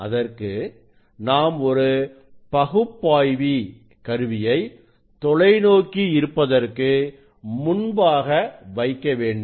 அதற்கு நாம் ஒரு பகுப்பாய்வி கருவியை தொலைநோக்கி இருப்பதற்கு முன்பாக வைக்க வேண்டும்